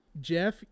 jeff